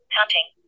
hunting